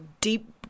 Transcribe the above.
deep